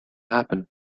happen